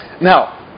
now